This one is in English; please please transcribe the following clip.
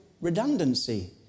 redundancy